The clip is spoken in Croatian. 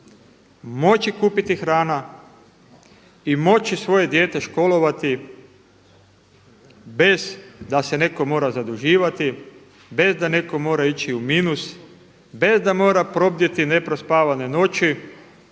moći kupiti hrana i moći svoje dijete školovati bez da se neko mora zaduživati, bez da netko mora ići u minus, bez da mora probdjeti neprospavane noći